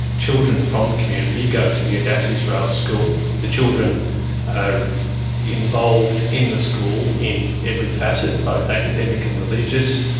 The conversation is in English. children from the community go to the adass israel school. the children are involved in the school in every facet, both academic and religious.